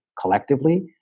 collectively